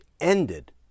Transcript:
ended